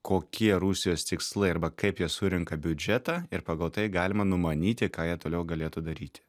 kokie rusijos tikslai arba kaip jie surenka biudžetą ir pagal tai galima numanyti ką jie toliau galėtų daryti